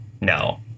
no